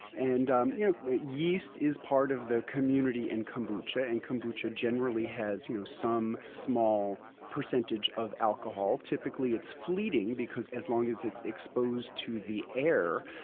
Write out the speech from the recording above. and um you know yeast is part of the community in kombucha and kombucha generally has you know some small percentage of alcohol. typically it's fleeting because as long as it's exposed to the air,